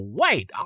wait